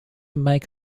make